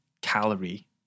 calorie